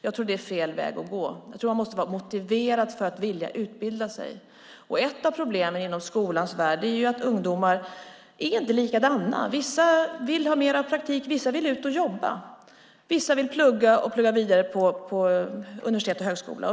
Jag tror att det är fel väg att gå. Man måste vara motiverad för att vilja utbilda sig. Ett av problemen inom skolans värld är att ungdomar inte är likadana. Vissa vill har mer av praktik, vissa vill ut och jobba och vissa vill plugga och plugga vidare på universitet och högskola.